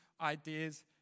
ideas